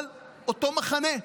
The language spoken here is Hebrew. אבל אותו מחנה,